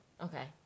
Okay